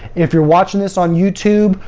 if you're watching this on youtube,